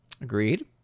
Agreed